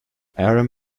aaron